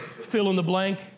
fill-in-the-blank